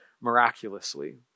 miraculously